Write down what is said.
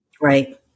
Right